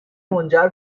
منجر